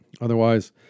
Otherwise